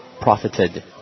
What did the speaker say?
profited